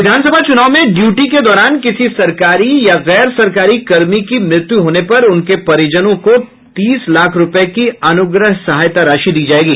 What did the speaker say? विधानसभा चूनाव में ड़्यूटी के दौरान किसी सरकारी या गैर सरकारी कर्मी की मृत्यू होने पर उनके परिजनों को तीस लाख रूपये की अनुग्रह सहायता राशि दी जायेगी